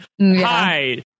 hi